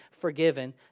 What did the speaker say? forgiven